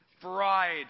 fried